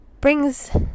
brings